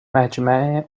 مجمع